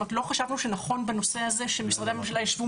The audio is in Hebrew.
לא חשבנו שנכון בנושא הזה שמשרדי הממשלה ישבו